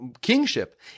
kingship